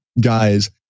guys